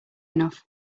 enough